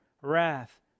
wrath